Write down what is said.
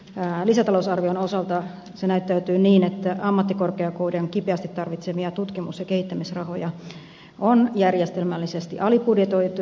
tämänkin lisätalousarvion osalta se näyttäytyy niin että ammattikorkeakoulujen kipeästi tarvitsemia tutkimus ja kehittämisrahoja on järjestelmällisesti alibudjetoitu